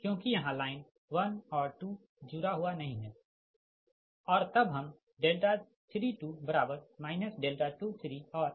क्योंकि यहाँ लाइन 1 और 2 जुड़ा हुआ नही है